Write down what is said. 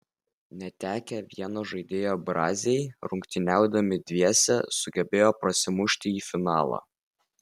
netekę vieno žaidėjo braziai rungtyniaudami dviese sugebėjo prasimušti į finalą